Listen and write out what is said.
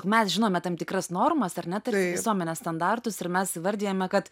mes žinome tam tikras normas ar ne tarsi visuomenės standartus ir mes įvardijame kad